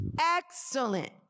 Excellent